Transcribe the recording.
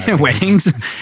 Weddings